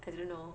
I didn't know